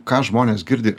ką žmonės girdi